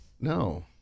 No